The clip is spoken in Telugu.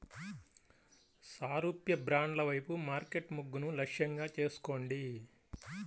సారూప్య బ్రాండ్ల వైపు మార్కెట్ మొగ్గును లక్ష్యంగా చేసుకోండి